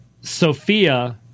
Sophia